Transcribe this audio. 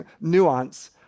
nuance